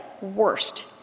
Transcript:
worst